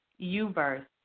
UVerse